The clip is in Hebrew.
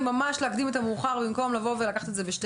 ממש להקדים את המאוחר במקום לבוא ולקחת את זה בשתי